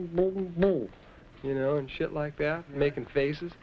o you know and shit like that making faces